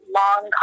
long